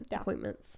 appointments